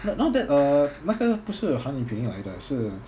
but not that uh 那个不是汉语拼音来的是